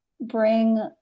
bring